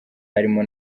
harimo